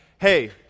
Hey